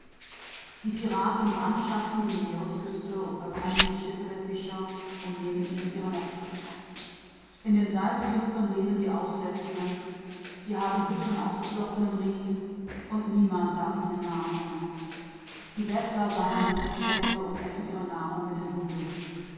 die piraten verwüsten die küste der see und verbrennen die schiffe der fischer und nehmen ihnen die netze in den salzsümpfen leben die aussätzigen und wohnen in häusern aus geflochtenem rohr und niemand darf ihnen nahe kommen die bettler ziehen durch die städte und essen ihr brot mit den hunden